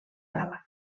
gala